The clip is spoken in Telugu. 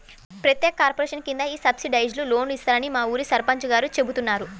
ప్రత్యేక కార్పొరేషన్ కింద ఈ సబ్సిడైజ్డ్ లోన్లు ఇస్తారని మా ఊరి సర్పంచ్ గారు చెబుతున్నారు